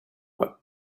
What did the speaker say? were